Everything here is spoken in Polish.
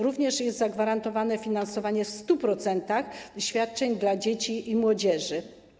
Również jest zagwarantowane finansowanie w 100% świadczeń dla dzieci i młodzieży.